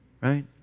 right